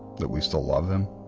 that we still love him?